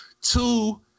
Two